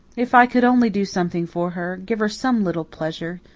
if i could only do something for her give her some little pleasure!